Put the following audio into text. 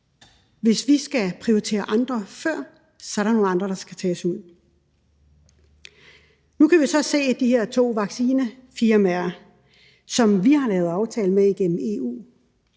hvis vi skal prioritere nogle andre før, så er der andre, der skal tages ud. Nu kan vi så se, at de her to vaccinefirmaer, som vi har lavet aftale med igennem EU,